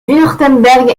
wurtemberg